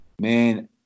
Man